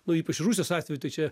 nu ypač rusijos atveju tai čia